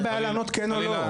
מה הבעיה לומר כן או לא?